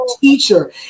teacher